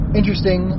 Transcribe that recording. interesting